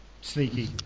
sneaky